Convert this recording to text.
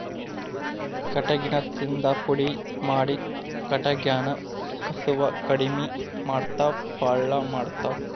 ಕಟಗಿನ ತಿಂದ ಪುಡಿ ಮಾಡಿ ಕಟಗ್ಯಾನ ಕಸುವ ಕಡಮಿ ಮಾಡತಾವ ಪಳ್ಳ ಮಾಡತಾವ